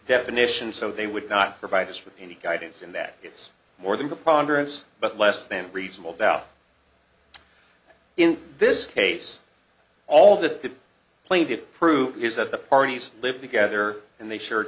definition so they would not provide us with any guidance in that it's more than progress but less than reasonable doubt in this case all that plain to prove is that the parties lived together and they share